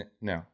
no